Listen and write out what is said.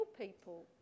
people